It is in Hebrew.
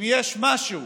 אם יש משהו